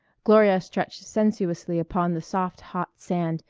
gloria stretched sensuously upon the soft hot sand,